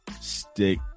stick